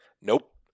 Nope